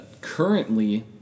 currently